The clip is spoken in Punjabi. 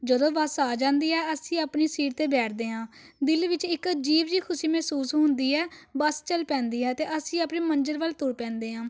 ਜਦੋਂ ਬੱਸ ਆ ਜਾਂਦੀ ਹੈ ਅਸੀਂ ਆਪਣੀ ਸੀਟ 'ਤੇ ਬੈਠਦੇ ਹਾਂ ਦਿਲ ਵਿੱਚ ਇੱਕ ਅਜੀਬ ਜਿਹੀ ਖੁਸ਼ੀ ਮਹਿਸੂਸ ਹੁੰਦੀ ਹੈ ਬਸ ਚਲ ਪੈਂਦੀ ਹੈ ਅਤੇ ਅਸੀਂ ਆਪਣੀ ਮੰਜ਼ਿਲ ਵੱਲ ਤੁਰ ਪੈਂਦੇ ਹਾਂ